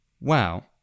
wow